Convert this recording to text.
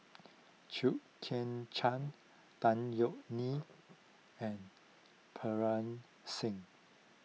Chew Kheng Chuan Tan Yeok Nee and Singh